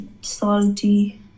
salty